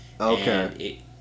Okay